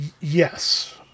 Yes